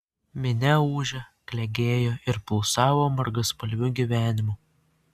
minia ūžė klegėjo ir pulsavo margaspalviu gyvenimu